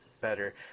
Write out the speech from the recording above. better